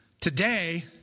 Today